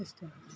ಅಷ್ಟೇ